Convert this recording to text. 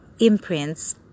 imprints